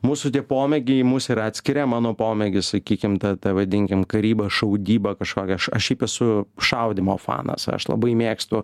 mūsų tie pomėgiai mus ir atskiria mano pomėgis sakykim ta ta vadinkim karyba šaudyba kažkokia aš aš šiaip esu šaudymo fanas aš labai mėgstu